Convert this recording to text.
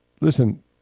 listen